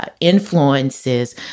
influences